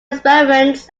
experiments